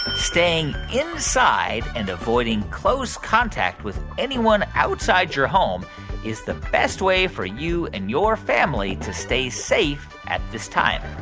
staying inside and avoiding close contact with anyone outside your home is the best way for you and your family to stay safe at this time?